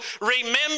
Remember